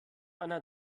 einer